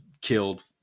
killed